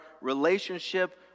relationship